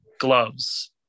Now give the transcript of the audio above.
gloves